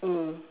mm